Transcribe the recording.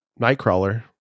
Nightcrawler